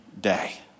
day